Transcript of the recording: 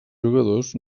jugadors